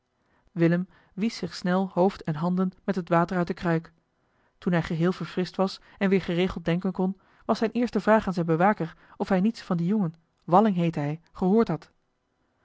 willem wiesch zich snel hoofd en handen met het water uit de kruik toen hij geheel verfrischt was en weer geregeld denken kon was zijn eerste vraag aan zijn bewaker of hij niets van dien jongen walling heette hij gehoord had